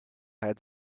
had